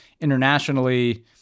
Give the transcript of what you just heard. internationally